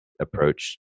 approach